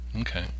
Okay